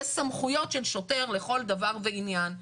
יש סמכויות של שוטר לכל דבר ועניין.